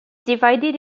divided